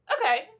Okay